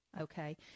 Okay